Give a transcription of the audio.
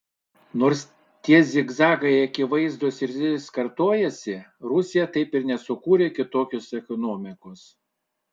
nors tie zigzagai akivaizdūs ir vis kartojasi rusija taip ir nesukūrė kitokios ekonomikos